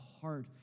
heart